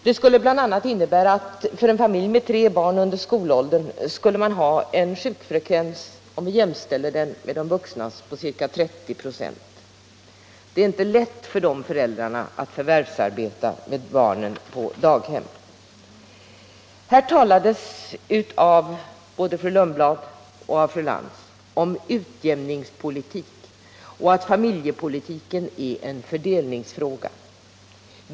Det skulle bl.a. innebära att en familj med tre barn under skolåldern skulle ha en sjukfrekvens när det gäller barnen — om vi jämställer barnens sjukfrekvens med de vuxnas — på ca 30 96. Det är inte lätt för de föräldrarna att förvärvsarbeta med barnen på daghem! Både fru Lundblad och fru Lantz talade om utjämningspolitik och sade att familjepolitiken är en fördelningsfråga.